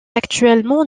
actuellement